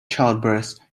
childbirths